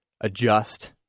adjust